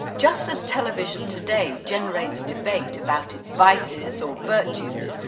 just as television today generates debate about its vices or virtues,